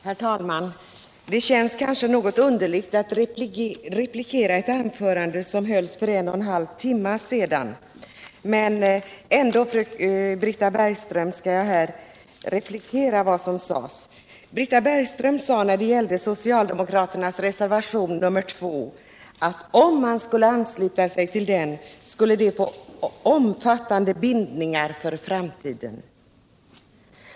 Herr talman! Det känns kanske litet underligt att replikera ett anförande som hölls för en och en halv timme sedan, men jag skall ändå bemöta vad Britta Bergström sade före middagsrasten. Om kammaren skulle ansluta sig till socialdemokraternas reservation 2, sade Britta Bergström, skulle det medföra omfattande bindningar för framtiden.